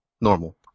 normal